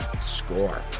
SCORE